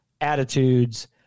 attitudes